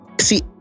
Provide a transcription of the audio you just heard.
See